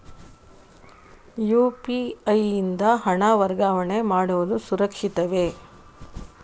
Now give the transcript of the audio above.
UPI ಯಿಂದ ಹಣ ವರ್ಗಾವಣೆ ಮಾಡುವುದು ಸುರಕ್ಷಿತವೇ?